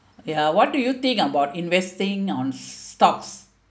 ya what do you think about investing on stocks